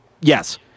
Yes